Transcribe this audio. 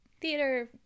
theater